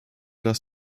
dass